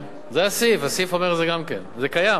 זה הסעיף, הסעיף אומר את זה גם כן, זה קיים.